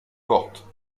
porte